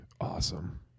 Awesome